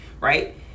right